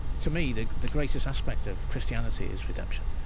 to me, the the greatest aspect of christianity is redemption.